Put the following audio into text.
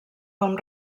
com